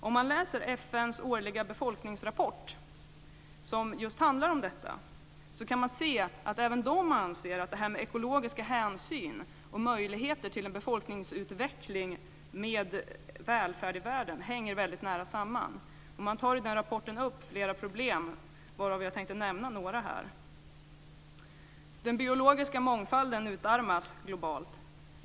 Om man läser FN:s årliga befolkningsrapport, som just handlar om detta, kan man se att även FN anser att det här med ekologiska hänsyn och möjligheter till en befolkningsutveckling med välfärd i världen hänger väldigt nära samman. Man tar i den rapporten upp flera problem, varav jag tänkte nämna några här. Den biologiska mångfalden utarmas globalt.